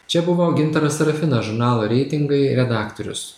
čia buvo gintaras serafinas žurnalo reitingai redaktorius